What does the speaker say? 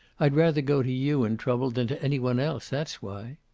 i'd rather go to you in trouble than to any one else that's why.